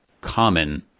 common